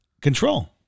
control